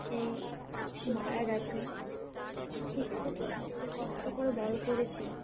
সে মারা গেছে তাকে খুব কষ্ট করে বড় করেছি